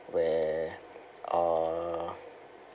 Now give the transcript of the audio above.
where uh